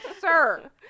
Sir